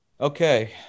Okay